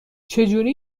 چهجوری